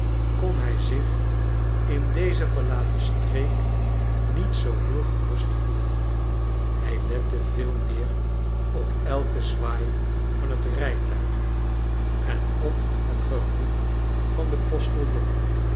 kon hij zich in deze verlaten streek niet zoo heel gerust voelen hij lette veel meer op elken zwaai van het rijtuig en op het geroep van den